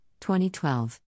2012